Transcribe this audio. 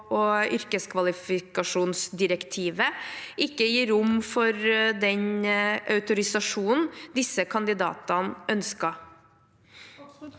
og yrkeskvalifikasjonsdirektivet ikke gir rom for den autorisasjonen disse kandidatene ønsket.